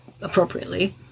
appropriately